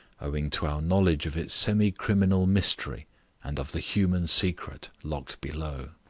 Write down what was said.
owing to our knowledge of its semi-criminal mystery and of the human secret locked below.